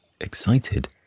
Excited